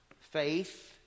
faith